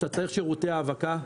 שאתה צריך שירותי האבקה,